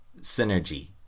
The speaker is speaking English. synergy